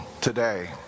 today